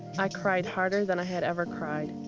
i cried harder than i had ever cried.